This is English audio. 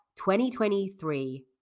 2023